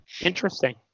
Interesting